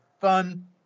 fun